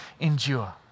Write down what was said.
endure